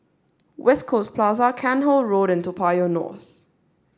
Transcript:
West Coast Plaza Cairnhill Road and Toa Payoh North